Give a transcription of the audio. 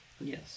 Yes